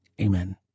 Amen